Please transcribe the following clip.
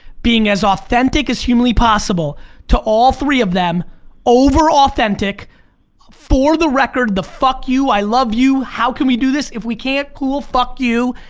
being as authentic as humanly possible to all three of them over authentic for the record, the fuck you, i love you, how can we do this, if we can't, cool, fuck you.